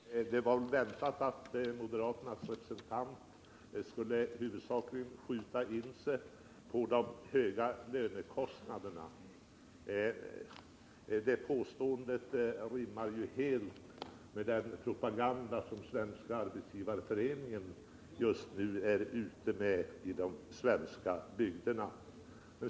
Herr talman! Det var väntat att moderaternas representant huvudsakligen skulle skjuta in sig på de höga lönekostnaderna. Det påståendet rimmar helt med den propaganda som Svenska arbetsgivareföreningen just nu är ute med i de svenska bygderna.